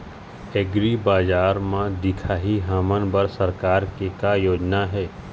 एग्रीबजार म दिखाही हमन बर सरकार के का योजना हे?